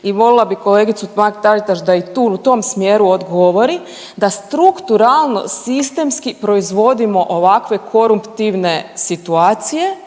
i molila bi kolegicu Mrak-Taritaš da i tu u tom smjeru odgovori da strukturalno sistemski proizvodimo ovakve koruptivne situacije